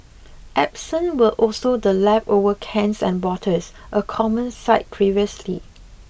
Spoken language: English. absent were also the leftover cans and bottles a common sight previously